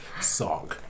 song